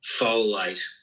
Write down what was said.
folate